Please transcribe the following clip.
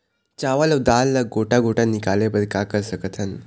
चावल अऊ दाल ला गोटा गोटा निकाले बर का कर सकथन?